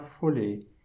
fully